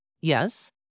Yes